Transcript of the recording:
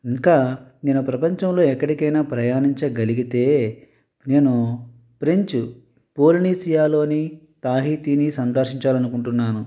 ఇంకా నేను ప్రపంచంలో ఎక్కడికైన ప్రయాణించగలిగితే నేను ప్రించు పాలినేషియాలోని తహితిని సందర్శించాలి అనుకుంటున్నాను